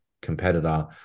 competitor